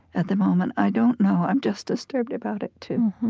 at the moment. i don't know. i'm just disturbed about it, too